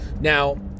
now